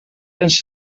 lens